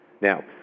Now